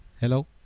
Hello